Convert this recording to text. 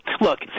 look